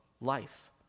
life